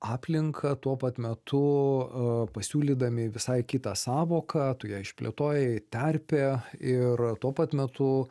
aplinka tuo pat metu pasiūlydami visai kitą sąvoką tu ją išplėtojai terpė ir tuo pat metu